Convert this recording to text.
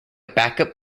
backup